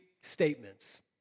statements